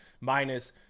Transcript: minus